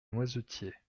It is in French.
noisetiers